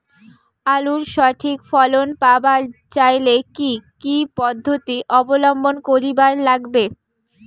আলুর সঠিক ফলন পাবার চাইলে কি কি পদ্ধতি অবলম্বন করিবার লাগবে?